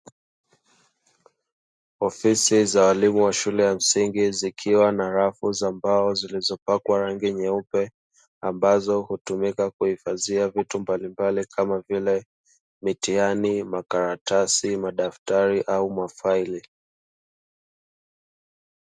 Ofisi za walimu wa shule ya msingi zikiwa na rafu za mbao zilizopakwa rangi nyeupe, ambazo hutumika kuhifadhia vitu mbalimbali kama vile: mitihani, makaratasi, madaftari au mafaili.